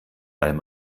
allem